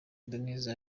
denise